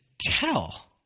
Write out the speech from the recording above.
tell